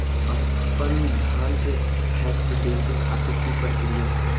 अपन धान के पैक्स मैं बेचे खातिर की प्रक्रिया हय?